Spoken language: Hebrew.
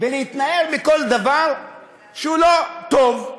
ולהתנער מכל דבר שהוא לא טוב.